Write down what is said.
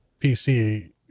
PC